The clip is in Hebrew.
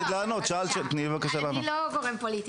תני לה בבקשה לענות.